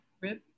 rib